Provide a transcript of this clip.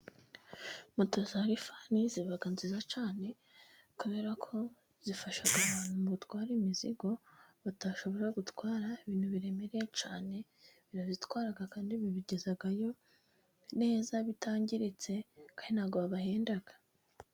Moto za Rifani ziba nziza cyane kubera ko zifasha abantu gutwara imizigo batashobora gutwara, ibintu biremereye cyane, zirabitwara kandi zikabigezayo neza bitangiritse, kandi nta bwo babahenda.